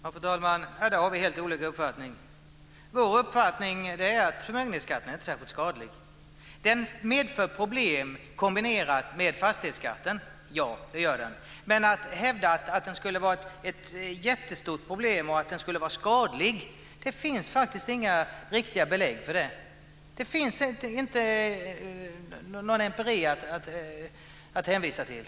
Fru talman! Där har vi helt olika uppfattning. Vår uppfattning är att förmögenhetsskatten inte är särskilt skadlig. Ja, den medför problem kombinerat med fastighetsskatten. Men att hävda att den skulle vara ett jättestort problem och att den skulle vara skadlig finns det inte riktiga belägg för. Det finns inte någon empiri att hänvisa till.